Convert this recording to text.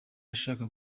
ashaka